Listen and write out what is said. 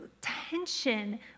tension